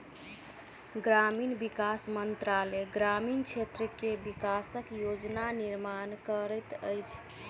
ग्रामीण विकास मंत्रालय ग्रामीण क्षेत्र के विकासक योजना निर्माण करैत अछि